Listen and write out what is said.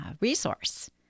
resource